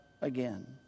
again